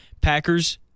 Packers